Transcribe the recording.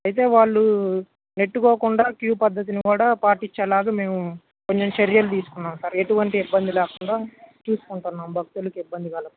అయితే వాళ్ళు నెట్టుకోకుండా క్యూ పద్ధతిని కూడా పాటించేలాగా మేము కొన్ని చర్యలు తీసుకున్నాము సార్ ఎటువంటి ఇబ్బంది లేకుండా తీసుకుంటున్నాము భక్తులకు ఇబ్బంది కలగకుండా